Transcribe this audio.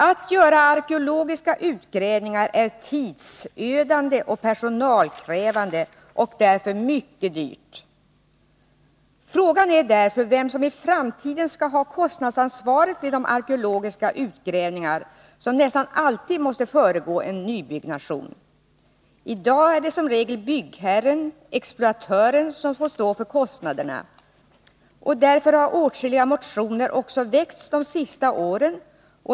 Att göra arkeologiska utgrävningar är tidsödande och personalkrävande och därför mycket dyrt. Frågan är därför vem som i framtiden skall ha kostnadsansvaret vid de arkeologiska utgrävningar som nästan alltid måste föregå nybyggnation. I dag är det som regel byggherren, exploatören, som får stå för kostnaderna. Därför har åtskilliga motioner också väckts de senaste åren.